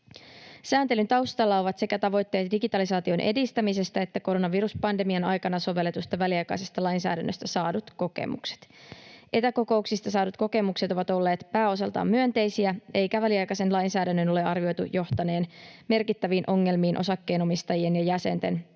Sääntelyn taustalla ovat sekä tavoitteet digitalisaation edistämisestä että koronaviruspandemian aikana sovelletusta väliaikaisesta lainsäädännöstä saadut kokemukset. Etäkokouksista saadut kokemukset ovat olleet pääosaltaan myönteisiä, eikä väliaikaisen lainsäädännön ole arvioitu johtaneen merkittäviin ongelmiin osakkeenomistajien ja jäsenten